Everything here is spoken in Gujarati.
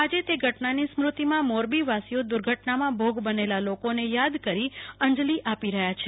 આજે તે ઘટનાની સ્મૃતિમાં મોરબીવાસીઓ દુર્ઘટનામાં ભોગ બોલા લોકોને યાદ કરી અંજલી આપે છે